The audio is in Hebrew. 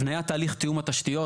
הבניית תהליך תיאום התשתיות.